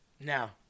Now